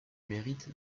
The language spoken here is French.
mérite